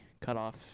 cutoff